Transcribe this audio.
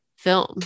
film